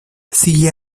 sigue